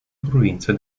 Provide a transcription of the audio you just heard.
provincia